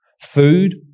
Food